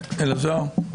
אלעזר,